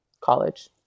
college